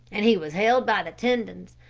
and he was held by the tendons.